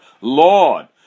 Lord